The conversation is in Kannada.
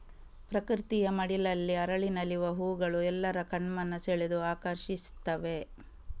ಪ್ರಕೃತಿಯ ಮಡಿಲಲ್ಲಿ ಅರಳಿ ನಲಿವ ಹೂಗಳು ಎಲ್ಲರ ಕಣ್ಮನ ಸೆಳೆದು ಆಕರ್ಷಿಸ್ತವೆ